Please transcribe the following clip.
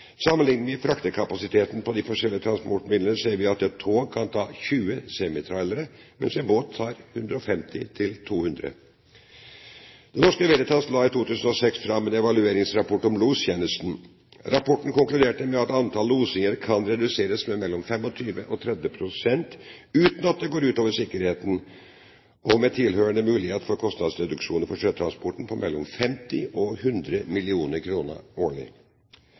Sammenligner vi fraktkapasiteten på de forskjellige transportmidlene, ser vi at et tog kan ta 20 semitrailere, mens en båt tar 150–200. Det Norske Veritas la i 2006 fram en evalueringsrapport om lostjenesten. Rapporten konkluderte med at antall losinger kan reduseres med 25–30 pst. uten at det går ut over sikkerheten og med tilhørende mulighet for kostnadsreduksjon for sjøtransporten på